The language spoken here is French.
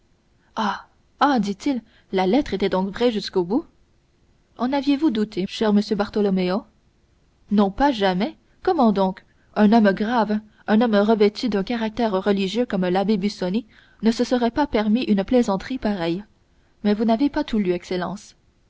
ah dit-il la lettre était donc vraie jusqu'au bout en aviez-vous douté cher monsieur bartolomeo non pas jamais comment donc un homme grave un homme revêtu d'un caractère religieux comme l'abbé busoni ne se serait pas permis une plaisanterie pareille mais vous n'avez pas tout lu excellence